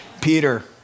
Peter